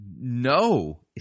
no